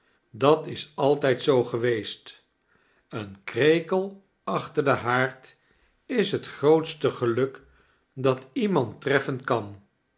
dat is altijd zoo geweest een krekel achter den haard is het grootste gel irk dat demand treffen kan